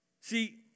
See